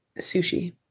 sushi